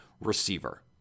receiver